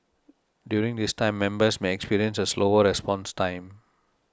during this time members may experience a slower response time